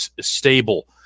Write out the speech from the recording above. stable